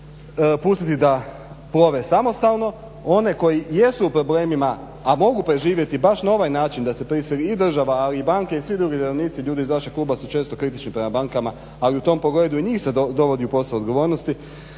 pustiti da plove samostalno. One koji jesu u problemima a mogu preživjeti baš na ovaj način da se prisili i država i banke i svi drugi vjerovnici ljudi iz vašeg kluba su često kritični prema bankama ali u tom pogledu i njih se dovodi u posao odgovornosti